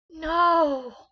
No